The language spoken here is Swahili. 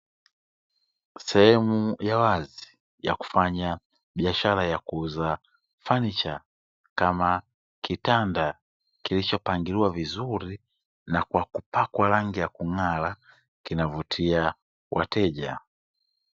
Sehemu ya wazi ya kufanya biashara ya kuuza fanicha, kama kitanda kilichopakwa rangi ya kung'ala kinavutia wateja.